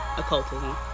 occultism